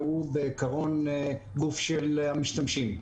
שהוא בעיקרון גוף של המשתמשים.